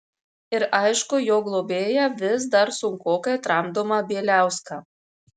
ir aišku jo globėją vis dar sunkokai tramdomą bieliauską